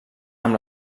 amb